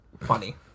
funny